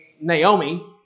Naomi